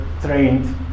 trained